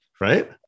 right